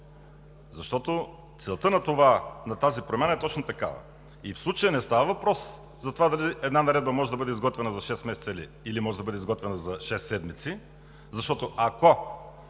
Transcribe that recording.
защото целта на тази промяна е точно такава. И в случая не става въпрос за това дали една наредба може да бъде изготвена за шест месеца или за шест седмици, защото, ако